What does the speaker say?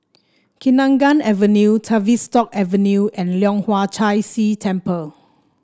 Kenanga Avenue Tavistock Avenue and Leong Hwa Chan Si Temple